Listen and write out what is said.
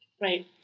Right